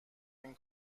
این